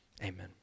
Amen